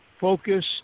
focus